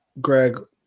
Greg